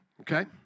Okay